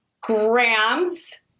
grams